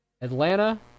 atlanta